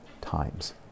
times